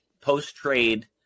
post-trade